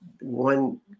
one